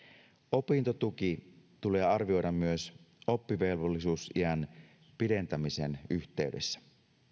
opintotuki tulee arvioida myös oppivelvollisuusiän pidentämisen yhteydessä